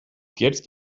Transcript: jetzt